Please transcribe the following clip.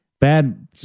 bad